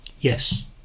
Yes